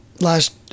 Last